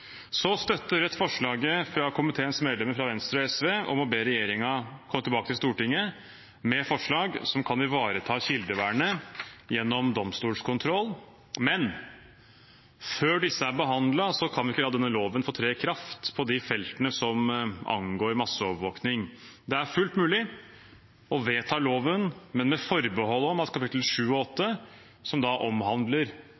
Rødt støtter forslaget fra komiteens medlemmer fra Venstre og SV om å be regjeringen komme tilbake til Stortinget med forslag som kan ivareta kildevernet gjennom domstolskontroll. Men før dette er behandlet, kan vi ikke la denne loven få tre i kraft på de feltene som angår masseovervåkning. Det er fullt mulig å vedta loven, men med forbehold om at